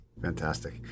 fantastic